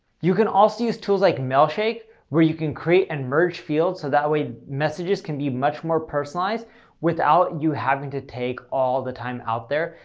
you can also use tools like mailshake where you can create and merge fields so that way messages can be much more personalized without you having to take all the time out there.